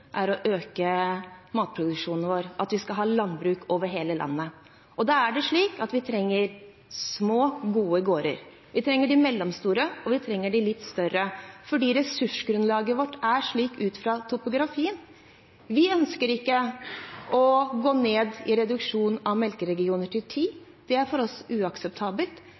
er å øke matproduksjonen vår, og at vi skal ha landbruk over hele landet. Da er det slik at vi trenger små, gode gårder, vi trenger de mellomstore, og vi trenger de litt større, fordi ressursgrunnlaget vårt er slik ut fra topografien. Vi ønsker ikke å redusere antallet melkeregioner til ti. Det er for oss uakseptabelt,